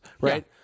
right